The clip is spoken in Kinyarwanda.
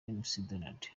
mcdonald